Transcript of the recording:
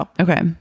okay